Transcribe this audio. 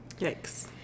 Yikes